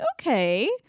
okay